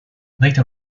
later